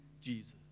Jesus